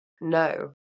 no